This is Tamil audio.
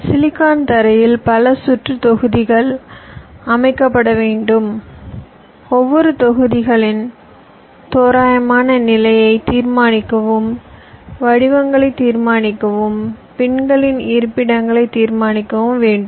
சிலிக்கான் தரையில் பல சுற்றுத் தொகுதிகள் அமைக்கப்பட வேண்டும் ஒவ்வொரு தொகுதிகளின் தோராயமான நிலையைத் தீர்மானிக்கவும் வடிவங்களைத் தீர்மானிக்கவும் பின்களின் இருப்பிடங்களைத் தீர்மானிக்கவும் வேண்டும்